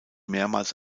mehrmals